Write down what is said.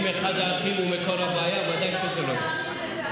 ודאי שאם אחד האחים הוא מקור הבעיה, זה לא יהיה.